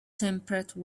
temperate